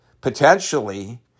potentially